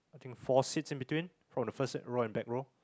think four seats in between from the first row and back row